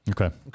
Okay